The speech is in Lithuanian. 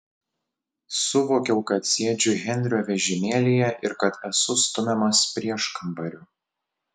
suvokiau kad sėdžiu henrio vežimėlyje ir kad esu stumiamas prieškambariu